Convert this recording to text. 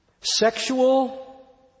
Sexual